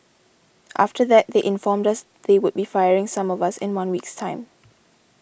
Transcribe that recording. after that they informed us they would be firing some of us in one week's time